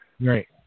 Right